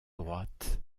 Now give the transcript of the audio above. droite